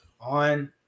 on